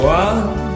one